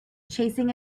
chasing